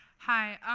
hi.